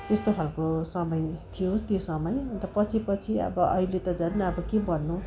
त्यस्तो खालको समय थियो त्यो समय अन्त पछि पछि अब अहिले त झन् अब के भन्नु